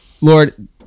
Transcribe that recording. Lord